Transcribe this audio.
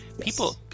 people